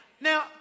Now